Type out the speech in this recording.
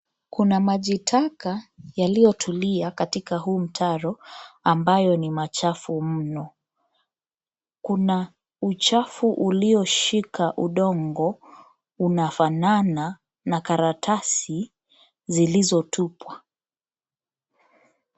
Kuna maji taka yaliyotulia katika huu mtaro ambayo ni machafu mno. Kuna uchafu ulioshika udongo unafanana na karatasi zilizotupwa.